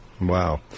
Wow